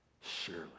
Surely